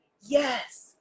yes